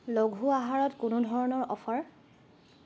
লঘু আহাৰত কোনো ধৰণৰ অফাৰ